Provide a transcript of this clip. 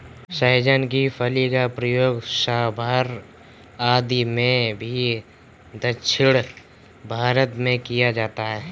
सहजन की फली का प्रयोग सांभर आदि में भी दक्षिण भारत में किया जाता है